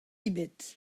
ebet